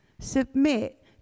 submit